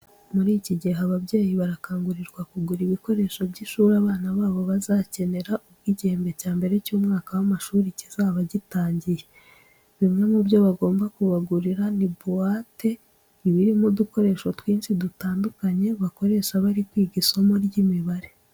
Muri iki gihe ababyeyi barakangurirwa kugura ibikoresho by'ishuri abana babo bazakenera ubwo igihembwe cya mbere cy'umwaka w'amashuri kizaba gitangiye. Bimwe mu byo bagomba kubagurira ni buwate iba irimo udukoresho twinshi dutandukanye, bakoresha bari kwiga isomo ry'imibare.